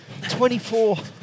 24